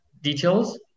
details